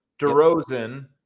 DeRozan